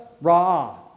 Ra